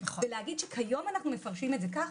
ולהגיד שכיום אנחנו מפרסמים את זה כך